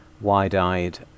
wide-eyed